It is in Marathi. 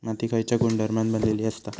माती खयच्या गुणधर्मान बनलेली असता?